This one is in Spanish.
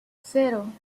cero